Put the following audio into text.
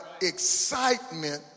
excitement